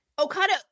Okada